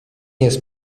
jest